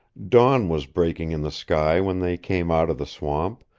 dawn was breaking in the sky when they came out of the swamp,